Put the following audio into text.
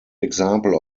example